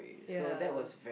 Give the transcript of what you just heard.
ya